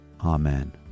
Amen